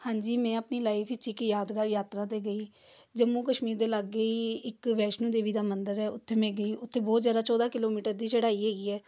ਹਾਂਜੀ ਮੈਂ ਆਪਣੀ ਲਾਈਫ ਵਿੱਚ ਇੱਕ ਯਾਦਗਾਰ ਯਾਤਰਾ 'ਤੇ ਗਈ ਜੰਮੂ ਕਸ਼ਮੀਰ ਦੇ ਲਾਗੇ ਇੱਕ ਵੈਸ਼ਨੋ ਦੇਵੀ ਦਾ ਮੰਦਰ ਹੈ ਉੱਥੇ ਮੈਂ ਗਈ ਉੱਥੇ ਬਹੁਤ ਜ਼ਿਆਦਾ ਚੌਦ੍ਹਾਂ ਕਿਲੋਮੀਟਰ ਦੀ ਚੜ੍ਹਾਈ ਹੈਗੀ ਹੈ